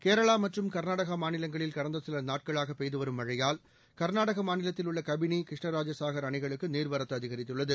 கேரளா மற்றும் கர்நாடகா மாநிலங்களில் கடந்த சில நாட்களாக பெய்து வரும் மழையால் கர்நாடக மாநிலத்தில் உள்ள கபினி கிருஷ்ணராஜசாகர் அணைகளுக்கு நீர்வரத்து அதிகரித்துள்ளது